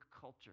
culture